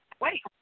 Wait